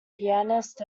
pianist